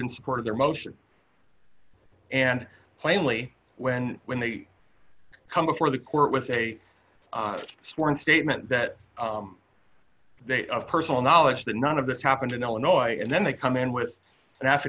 in support of their motion and plainly when when they come before the court with a sworn statement that they have personal knowledge that none of this happened in illinois and then they come in with an